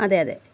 അതെയതേ